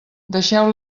deixeu